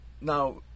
Now